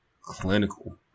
clinical